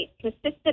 consistent